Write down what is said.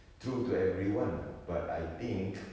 true to everyone ah but I think